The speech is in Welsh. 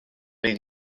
bydd